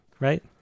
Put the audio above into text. right